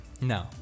No